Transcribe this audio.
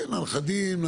לנכדים.